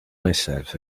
myself